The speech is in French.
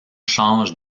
change